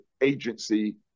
agency